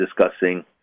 discussing